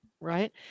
Right